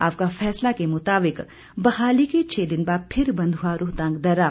आपका फैसला के मुताबिक बहाली के छह दिन बाद फिर बंद हुआ रोहतांग दर्रा